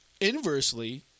inversely